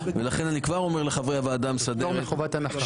פטור מחובת הנחה.